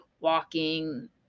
walking